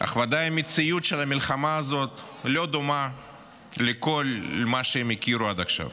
אך ודאי המציאות של המלחמה הזאת לא דומה לכל מה שהם הכירו עד עכשיו